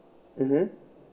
mmhmm